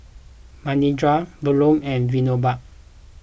Manindra Bellur and Vinoba